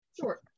Sure